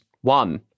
one